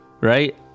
Right